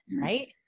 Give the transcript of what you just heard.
right